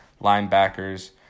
linebackers